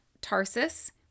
Tarsus